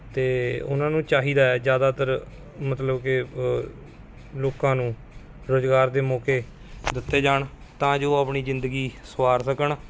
ਅਤੇ ਉਹਨਾਂ ਨੂੰ ਚਾਹੀਦਾ ਜ਼ਿਆਦਾਤਰ ਮਤਲਬ ਕਿ ਲੋਕਾਂ ਨੂੰ ਰੁਜ਼ਗਾਰ ਦੇ ਮੌਕੇ ਦਿੱਤੇ ਜਾਣ ਤਾਂ ਜੋ ਆਪਣੀ ਜ਼ਿੰਦਗੀ ਸਵਾਰ ਸਕਣ